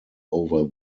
over